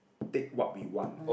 take what we want